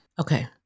Okay